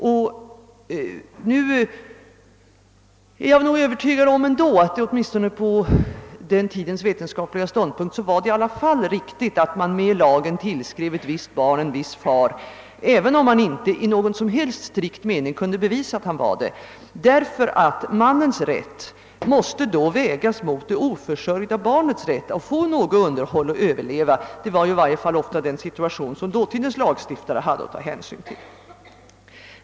Jag är emellertid övertygad om att det åtminstone på en tidigare vetenskaplig ståndpunkt var riktigt att man med lagens hjälp tillskrev ett visst barn en viss far, även om man inte i någon som helst strikt mening kunde bevisa att han var det. Mannens rätt måste ju vägas mot det oförsörjda barnets rätt att få underhåll och överleva; det var i varje fall ofta den situation som tidigare lagstiftare hade att ta hänsyn till.